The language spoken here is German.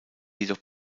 jedoch